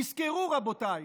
תזכרו, רבותיי,